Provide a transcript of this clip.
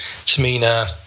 Tamina